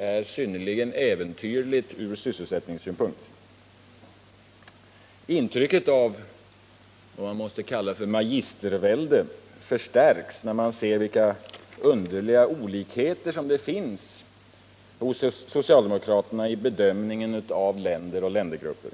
är synnerligen äventyrligt ur sysselsättningssynpunkt. Intrycket av vad man måste kalla magistervälde förstärks när man ser vilka underliga olikheter det finns när det gäller socialdemokraternas bedömning av länder och ländergrupper.